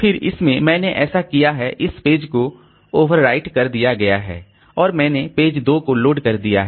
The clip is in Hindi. फिर इसमें मैंने ऐसा किया है इस पेज को ओवरराइट कर दिया गया है और मैंने पेज 2 को लोड कर दिया है